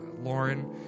Lauren